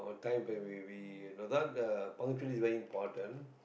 time where we we we no doubt the punctuality is very important